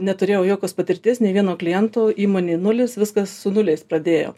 neturėjau jokios patirties nei vieno kliento įmonė nulis viskas su nuliais pradėjo